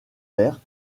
aires